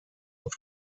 und